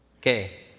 Okay